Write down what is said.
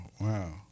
wow